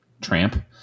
Tramp